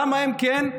למה הם כן,